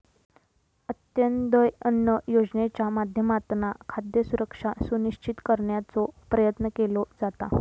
अंत्योदय अन्न योजनेच्या माध्यमातना खाद्य सुरक्षा सुनिश्चित करण्याचो प्रयत्न केलो जाता